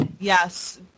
Yes